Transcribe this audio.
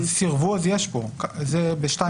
סירבו יש פה, ב-(2)(א).